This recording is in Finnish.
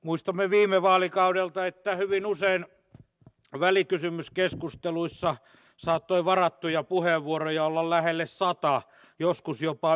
muistamme viime vaalikaudelta että hyvin usein välikysymyskeskusteluissa saattoi varattuja puheenvuoroja olla lähelle sata joskus jopa ylikin